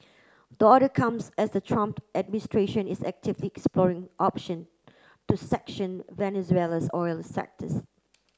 the order comes as the Trump administration is actively exploring option to sanction Venezuela's oil sectors